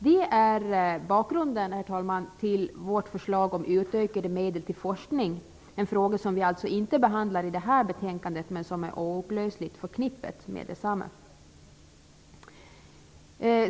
Det är, herr talman, bakgrunden till vårt förslag om utökade medel till forskning, en fråga som vi alltså inte behandlar i det här betänkandet men som är oupplösligt förknippat med detsamma.